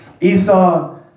Esau